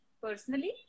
personally